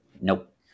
nope